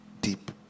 deep